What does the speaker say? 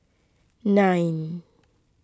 nine